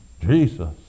Jesus